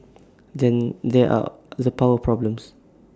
then there are the power problems